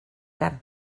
carn